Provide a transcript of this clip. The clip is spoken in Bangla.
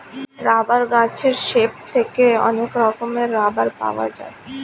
রাবার গাছের স্যাপ থেকে অনেক রকমের রাবার পাওয়া যায়